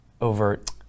overt